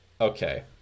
okay